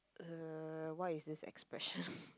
uh what is this expression